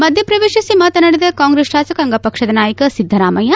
ಮಧ್ಯೆ ಪ್ರವೇಶಿಸಿ ಮಾತನಾಡಿದ ಕಾಂಗ್ರೆಸ್ ಶಾಸಕಾಂಗ ಪಕ್ಷದ ನಾಯಕ ಸಿದ್ದರಾಮಯ್ಯ